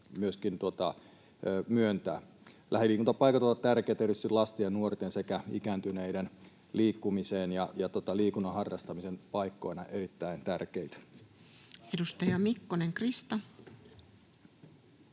myöskin myöntävät. Lähiliikuntapaikat ovat tärkeitä erityisesti lasten ja nuorten sekä ikääntyneiden liikkumiseen, ja liikunnan harrastamisen paikkoina ne ovat erittäin tärkeitä. [Speech 140]